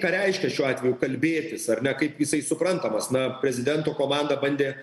ką reiškia šiuo atveju kalbėtis ar ne kaip jisai suprantamas na prezidento komanda bandė